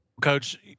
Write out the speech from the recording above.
Coach